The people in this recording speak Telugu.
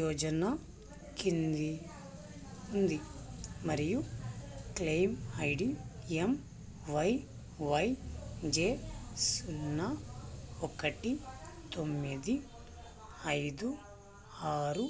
యోజన కింది ఉంది మరియు claim I D M Y Y J సున్నా ఒకటి తొమ్మిది ఐదు ఆరు